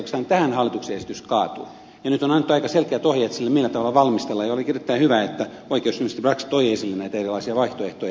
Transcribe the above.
nyt on annettu aika selkeät ohjeet siitä millä tavalla valmistellaan ja olikin erittäin hyvä että oikeusministeri brax toi esiin näitä erilaisia vaihtoehtoja